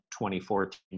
2014